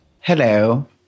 Hello